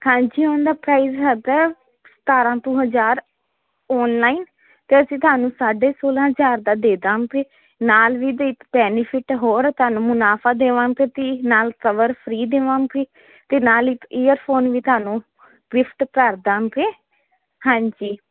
ਹਾਂਜੀ ਉਸ ਦਾ ਪ੍ਰਾਈਜ ਹੈਗਾ ਸਤਾਰਾਂ ਕੁ ਹਜਾਰ ਆਨਲਾਈਨ ਤੇ ਅਸੀਂ ਤੁਹਾਨੂੰ ਸਾਢੇ ਸੋਲਾਂ ਹਜਾਰ ਦਾ ਦੇ ਦਵਾਂਗੇ ਨਾਲ ਵੀ ਇਹਦੇ ਇੱਕ ਬੈਨੀਫਿਟ ਹੋਰ ਤੁਹਾਨੂੰ ਮੁਨਾਫਾ ਦੇਵਾਂ ਤੇ ਨਾਲ ਕਵਰ ਫਰੀ ਦੇਵਾਂਗੇ ਤੇ ਨਾਲ ਇਕ ਏਅਰ ਫੋਨ ਵੀ ਤੁਹਾਨੂੰ ਗਿਫਟ ਕਰਦਾਂਗੇ ਹਾਂਜੀ